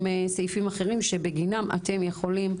כמה מצלמות התקנתם ספציפית בגלל הנושא הזה מול שלטי חוצות?